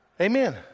Amen